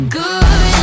good